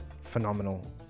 phenomenal